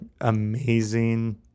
amazing